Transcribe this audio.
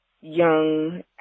young